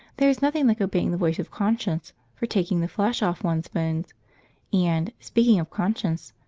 there is nothing like obeying the voice of conscience for taking the flesh off one's bones and, speaking of conscience,